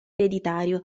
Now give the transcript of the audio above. ereditario